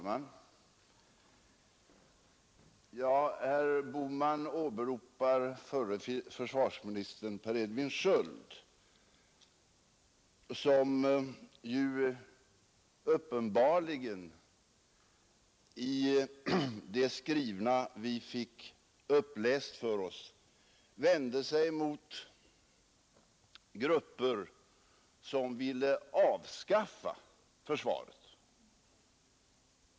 Fru talman! Herr Bohman åberopade förre försvarsministern Per Edvin Sköld, som i de avsnitt vi fick upplästa för oss uppenbarligen vände sig mot grupper som ville avskaffa försvaret.